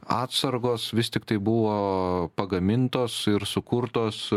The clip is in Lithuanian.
atsargos vis tiktai buvo pagamintos ir sukurtos